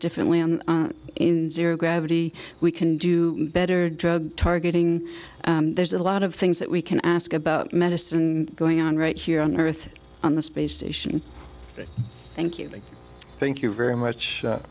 differently and in zero gravity we can do better drug targeting there's a lot of things that we can ask about medicine going on right here on earth on the space station thank you thank you very much